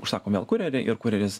užsakom vėl kurjerį ir kurjeris